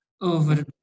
over